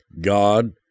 God